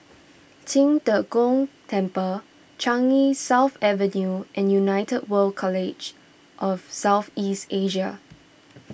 Qing De Gong Temple Changi South Avenue and United World College of South East Asia